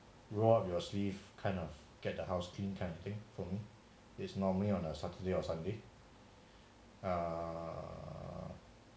roll up your sleeve kind of get the house clean kind of thing for me normally on a saturday or sunday uh